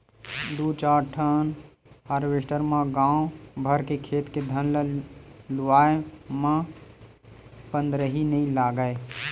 दू चार ठन हारवेस्टर म गाँव भर के खेत के धान ल लुवाए म पंदरही नइ लागय